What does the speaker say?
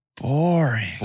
boring